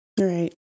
Right